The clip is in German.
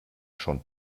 schon